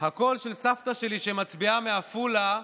הקול של סבתא שלי, שמצביעה מעפולה,